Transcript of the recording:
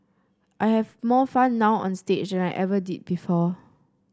I have more fun now onstage an I ever did before